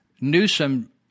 Newsom